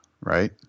right